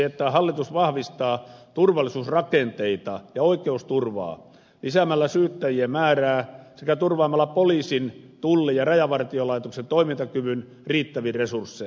että hallitus vahvistaa turvallisuusrakenteita ja oikeusturvaa lisäämällä syyttäjien määrää sekä turvaamalla poliisin tulli ja rajavartiolaitoksen toimintakyvyn riittävin resurssein